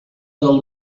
del